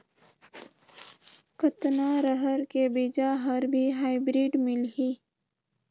कतना रहर के बीजा हर भी हाईब्रिड मिलही?